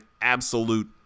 absolute